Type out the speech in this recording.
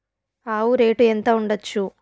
ఆవు రేటు ఎంత ఉండచ్చు?